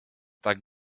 tak